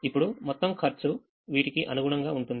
ఇప్పుడు మొత్తం ఖర్చు వీటికి అనుగుణంగా ఉంటుంది